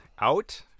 out